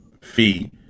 fee